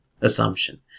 assumption